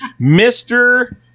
Mr